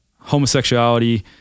homosexuality